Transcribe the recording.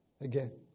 again